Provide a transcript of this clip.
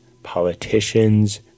politicians